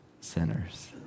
sinners